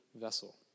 vessel